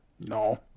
No